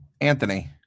Anthony